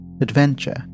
Adventure